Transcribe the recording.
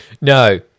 No